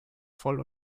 voll